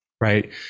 right